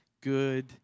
good